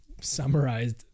summarized